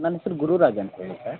ನನ್ನ ಹೆಸರು ಗುರುರಾಜ್ ಅಂತ ಹೇಳಿ ಸರ್